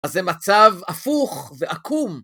אז זה מצב הפוך ועקום.